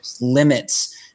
limits